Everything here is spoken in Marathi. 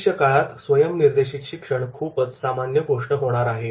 भविष्यकाळात स्वयम् निर्देशीत शिक्षण खूपच सामान्य गोष्ट होणार आहे